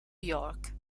york